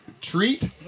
treat